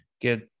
get